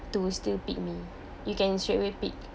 to still pick me you can straight away pick